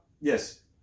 Yes